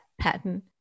pattern